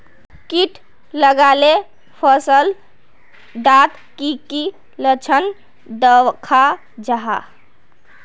किट लगाले फसल डात की की लक्षण दखा जहा?